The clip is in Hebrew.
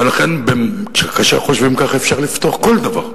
ולכן, כאשר חושבים כך, אפשר לפתור כל דבר.